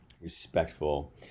respectful